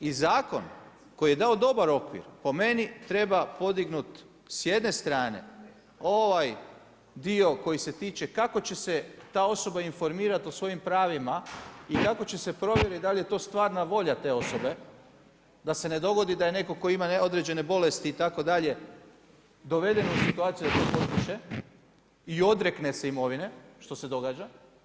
I zakon koji je dao dobar okvir, po meni, treba podignuti, s jedne strane ovaj dio koji se tiče, kako će se ta osoba informirati o svojim pravima i kako će se provjeriti da li je to stvarana volja te osobe, da se ne dogodi, da netko tko ima određene bolesti itd. doveden u situaciju da to potpiše i odrekne se imovine, što se događa.